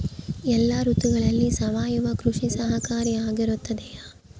ಎಲ್ಲ ಋತುಗಳಲ್ಲಿ ಸಾವಯವ ಕೃಷಿ ಸಹಕಾರಿಯಾಗಿರುತ್ತದೆಯೇ?